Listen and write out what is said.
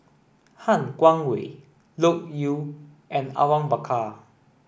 Han Guangwei Loke Yew and Awang Bakar